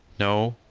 no,